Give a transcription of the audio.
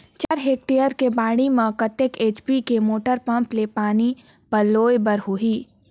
चार हेक्टेयर के बाड़ी म कतेक एच.पी के मोटर पम्म ले पानी पलोय बर होही?